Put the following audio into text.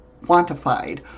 quantified